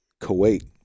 Kuwait